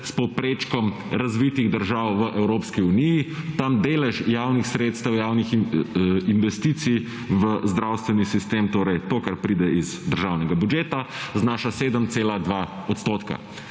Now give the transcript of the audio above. s povprečkom razvitih držav v Evropski uniji. Tam delež javnih sredstev, javnih investicij v zdravstveni sistem, torej to kar pride iz državnega budgeta znaša 7,2 %.